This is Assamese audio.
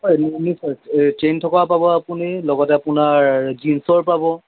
হয় নিশ্চয় চেইন থকা পাব আপুনি লগতে আপোনাৰ জিন্সৰ পাব